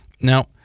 Now